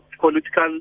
political